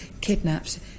kidnapped